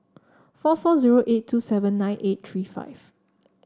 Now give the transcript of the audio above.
four four zero eight two seven nine eight three five